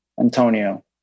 Antonio